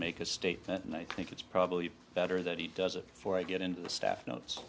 make a statement and i think it's probably better that he does it for i get into the staff notes